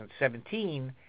2017